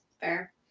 Fair